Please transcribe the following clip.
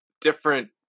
different